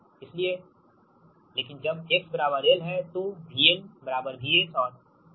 इसलिए इसलिए लेकिन जब x l है तो V VS है और I IS है